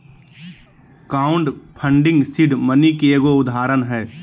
crowd funding seed money के एगो उदाहरण हय